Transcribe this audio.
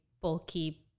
bulky